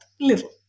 little